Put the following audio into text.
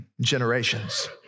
generations